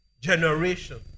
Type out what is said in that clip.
generation